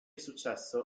successo